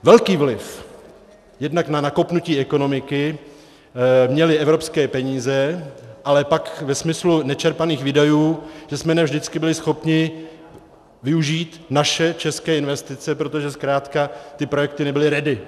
Velký vliv jednak na nakopnutí ekonomiky měly evropské peníze, ale pak ve smyslu nečerpaných výdajů jsme ne vždycky byli schopni využít naše české investice, protože zkrátka ty projekty nebyly ready.